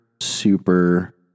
super